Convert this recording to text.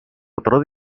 otro